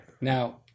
Now